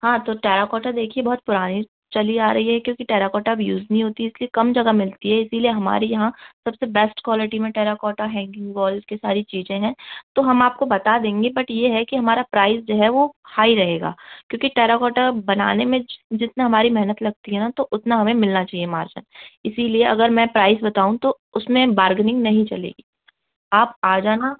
हाँ तो टेराकोटा देखिए बहुत पुरानी चली आ रही है क्योंकि टेराकोटा अब यूज़ नहीं होती है इस लिए कम जगह मिलती है इसी लिए हमारे यहाँ सब से बैस्ट कॉलिटी में टेराकोटा हैंगिंग वॉल्स की सारी चीज़ें हैं तो हम आपको बता देंगे बट ये है कि हमारा प्राइज़ जो है वो हाई रहेगा क्योंकि टैराकॉटा बनाने में जितना हमारी मेहनत लगती है ना तो उतना हमें मिलना चाहिए मार्जिन इसी लिए अगर मैं प्राइस बताऊँ तो उस में बार्गेनिंग नहीं चलेगी आप आ जाना